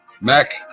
Mac